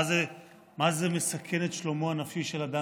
מה זה "מסכן את שלומו הנפשי של אדם"?